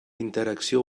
interacció